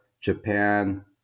Japan